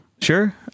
Sure